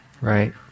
Right